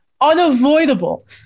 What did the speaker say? Unavoidable